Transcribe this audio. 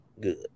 good